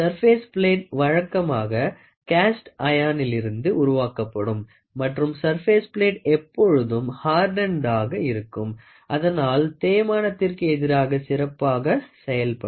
surface plate வழக்கமாக cast ஐரானிலிருந்து உருவாக்கப்படும் மற்றும் சர்பேஸ் பிளேட் எப்பொழுதும் ஹார்டெனேட்டாக இருக்கும் அதனால் தேய்மானத்திற்கு எதிராக சிறப்பாக செயல்படும்